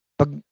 pag